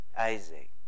Isaac